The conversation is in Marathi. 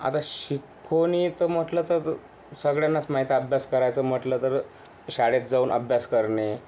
आता शिक फोन येतो म्हटलं तर सगळ्यांनाच माहीत आहे अभ्यास करायचं म्हटलं तर शाळेत जाऊन अभ्यास करणे